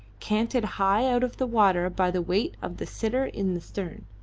canted high out of the water by the weight of the sitter in the stern.